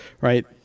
right